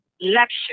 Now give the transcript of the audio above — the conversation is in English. Lecture